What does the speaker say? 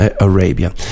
Arabia